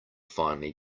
finally